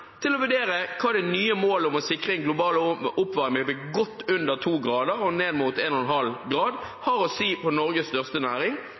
til å vurdere hva det nye målet om å sikre global oppvarming til godt under 2 grader og ned mot 1,5 grader har å si for Norges største næring,